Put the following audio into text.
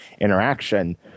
interaction